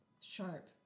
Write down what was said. Sharp